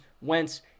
Wentz